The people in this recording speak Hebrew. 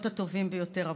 להיות הטובים ביותר עבורכם.